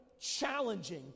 challenging